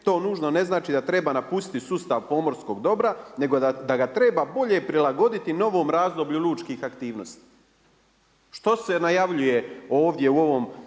to nužno ne znači da treba napustiti sustav pomorskog dobra nego da ga treba bolje prilagoditi novom razdoblju lučkih aktivnosti.“ Što se najavljuje ovdje u ovom